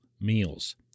meals